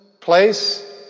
place